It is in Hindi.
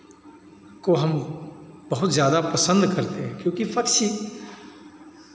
को हम बहुत ज़्यादा पसंद करते हैं क्योंकि पक्षी